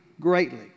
greatly